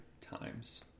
times